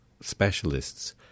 specialists